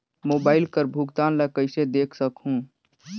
Mobile कर भुगतान ला कइसे देख सकहुं?